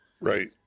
Right